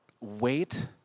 wait